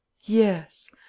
Yes